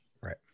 Right